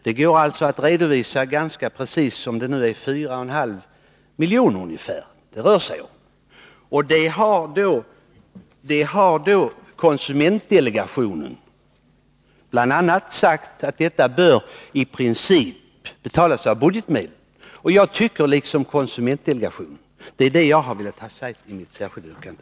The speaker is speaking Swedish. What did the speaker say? Det går alltså att redovisa ganska precis — det rör sig om ungefär 4,5 milj.kr. Konsumentdelegationen har då bl.a. sagt att detta bör i princip betalas av budgetmedel. Jag tycker liksom konsumentdelegationen, och det är det jag velat säga med mitt särskilda yrkande.